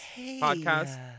podcast